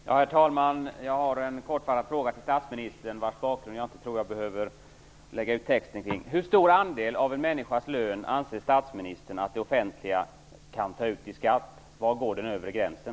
Herr talman! Jag har en kortfattad fråga till statsministern. Jag tror inte att jag behöver lägga ut texten om dess bakgrund. Hur stor andel av en människas lön anser statsministern att det offentliga kan ta ut i skatt? Var går den övre gränsen?